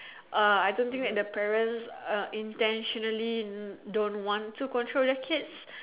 uh I don't think that the parents uh intentionally don't want to control their kids